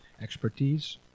expertise